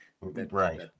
Right